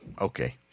okay